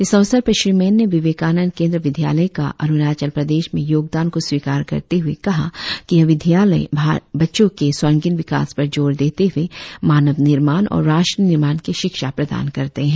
इस अवसर पर श्री मैन ने विवेकानंद केंद्र विद्यालय का अरुणाचल प्रदेश में योगदान को स्वीकार करते हुए कहा कि यह विद्यालय बच्चों के सर्वांगीण विकास पर जोर देते हुए मानव निर्माण और राष्ट्र निर्माण की शिक्षा प्रदान करते है